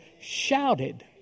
shouted